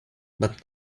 but